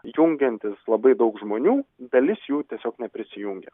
jungiantis labai daug žmonių dalis jų tiesiog neprisijungė